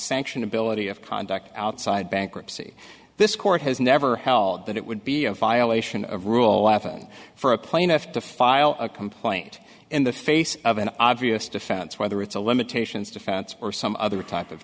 sanction ability of conduct outside bankruptcy this court has never held that it would be a violation of rule laughing for a plaintiff to file a complaint in the face of an obvious defense whether it's a limitations defense or some other type of